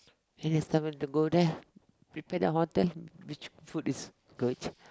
then next time want to go there prepare the hotel which food is good